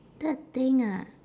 third thing ah